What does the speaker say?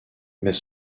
mais